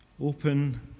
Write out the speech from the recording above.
open